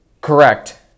Correct